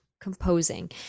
composing